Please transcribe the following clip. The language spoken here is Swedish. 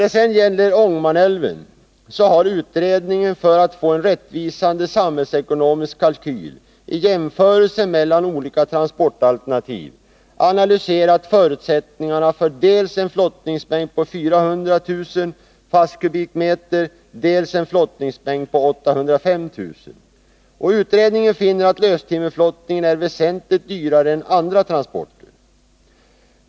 När det gäller Ångermanälven så har utredningen, för att få en rättvisande samhällsekonomisk kalkyl i jämförelse mellan olika transportalternativ, analyserat förutsättningarna för dels en flottningsmängd på 400 000 fasskubikmeter, dels en flottningsmängd på 805 000. Utredningen finner att löstimmerflottningen är väsentligt dyrare än andra transporter.